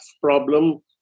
problem